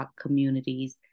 communities